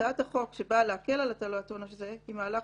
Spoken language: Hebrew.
הצעת החוק שבאה להקל על הטלת עונש זה היא מהלך